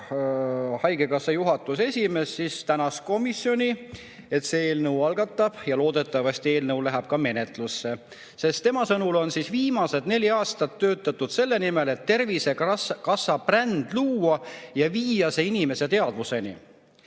Haigekassa juhatuse esimees, tänas komisjoni, et see eelnõu algatab, ja [avaldas lootust], et eelnõu läheb ka menetlusse. Tema sõnul on viimased neli aastat töötatud selle nimel, et Tervisekassa bränd luua ja viia see inimeste teadvuseni.